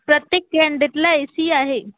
प्रत्येक कँडेटला A C आहे